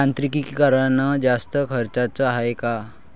यांत्रिकीकरण जास्त खर्चाचं हाये का?